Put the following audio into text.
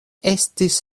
estis